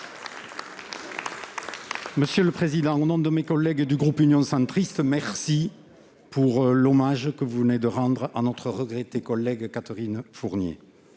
Monsieur le président, au nom du groupe Union Centriste, je vous remercie de l'hommage que vous venez de rendre à notre regrettée collègue Catherine Fournier.